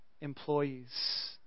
employees